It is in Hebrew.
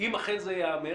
אם אכן זה ייאמר,